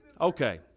Okay